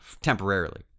temporarily